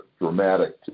dramatic